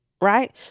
right